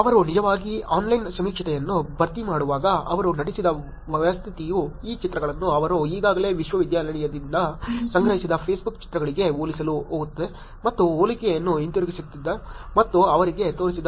ಅವರು ನಿಜವಾಗಿ ಆನ್ಲೈನ್ ಸಮೀಕ್ಷೆಯನ್ನು ಭರ್ತಿ ಮಾಡುವಾಗ ಅವರು ನಟಿಸಿದ ವ್ಯವಸ್ಥೆಯು ಈ ಚಿತ್ರಗಳನ್ನು ಅವರು ಈಗಾಗಲೇ ವಿಶ್ವವಿದ್ಯಾನಿಲಯದಿಂದಲೇ ಸಂಗ್ರಹಿಸಿದ ಫೇಸ್ಬುಕ್ ಚಿತ್ರಗಳಿಗೆ ಹೋಲಿಸಲು ಹೋಗುತ್ತದೆ ಮತ್ತು ಹೋಲಿಕೆಯನ್ನು ಹಿಂತಿರುಗಿಸುತ್ತದೆ ಮತ್ತು ಅವರಿಗೆ ತೋರಿಸಿದೆ